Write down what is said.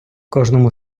кожному